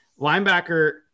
Linebacker